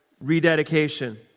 rededication